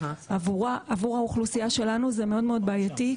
עבור האוכלוסייה שלנו זה מאוד מאוד בעייתי.